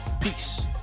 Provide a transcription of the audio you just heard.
Peace